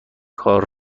کار